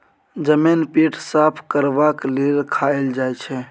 जमैन पेट साफ करबाक लेल खाएल जाई छै